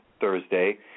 Thursday